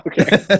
Okay